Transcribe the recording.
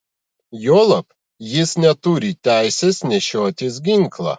juolab jis neturi teisės nešiotis ginklą